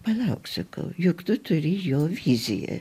palauk sakau juk tu turi jo viziją